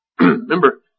Remember